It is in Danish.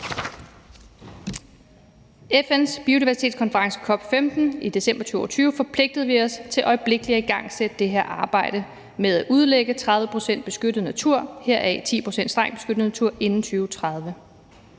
FN's biodiversitetskonference, COP15, i december 2022 forpligtede vi os til øjeblikkelig at igangsætte det her arbejde med at udlægge 30 pct. beskyttet natur, heraf 10 pct. strengt beskyttet natur, inden 2030.